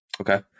okay